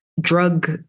drug